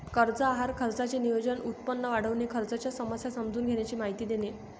कर्ज आहार खर्चाचे नियोजन, उत्पन्न वाढविणे, खर्चाच्या समस्या समजून घेण्याची माहिती देणे